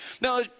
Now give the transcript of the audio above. Now